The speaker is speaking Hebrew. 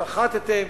שחטתם,